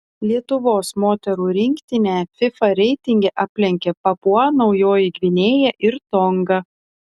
lietuvos moterų rinktinę fifa reitinge aplenkė papua naujoji gvinėja ir tonga